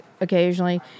occasionally